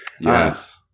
Yes